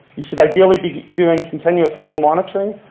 you should ideally be doing continuous flow monitoring.